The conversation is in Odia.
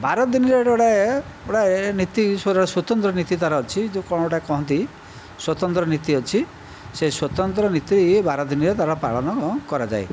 ବାର ଦିନରେ ଏଠି ଗୋଟିଏ ଗୋଟିଏ ନୀତି ସ୍ଵତନ୍ତ୍ର ନୀତି ତା'ର ଅଛି ଯେଉଁ କ'ଣ ଗୋଟିଏ କହନ୍ତି ସ୍ଵତନ୍ତ୍ର ନୀତି ଅଛି ସେ ସ୍ଵତନ୍ତ୍ର ନୀତି ବାର ଦିନରେ ତା'ର ପାଳନ କରାଯାଏ